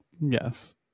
Yes